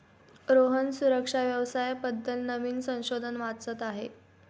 रोहन सुरक्षा व्यवसाया बद्दल नवीन संशोधन वाचत आहे